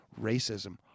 racism